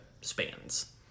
spans